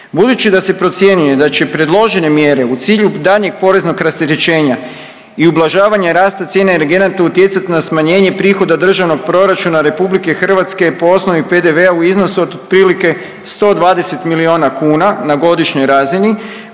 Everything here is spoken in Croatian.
Budući da se procjenjuje da će predložene mjere u cilju daljnjeg poreznog rasterećenja i ublažavanja rasta cijene energenata utjecat na smanjenje prihoda državnog proračuna RH po osnovi PDV-a u iznosu otprilike 120 milijuna kuna na godišnjoj razini,